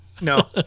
No